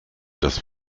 dass